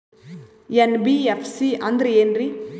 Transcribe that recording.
NBFC ಅಂದ್ರ ಏನ್ರೀ?